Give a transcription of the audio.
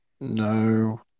No